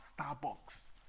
Starbucks